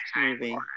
movie